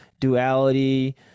duality